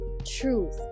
truth